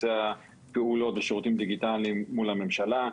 לבצע פעולות ושירותים דיגיטליים מול הממשלה.